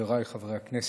חבריי חברי הכנסת,